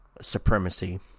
supremacy